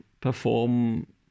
perform